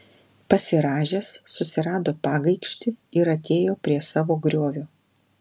pasirąžęs susirado pagaikštį ir atėjo prie savo griovio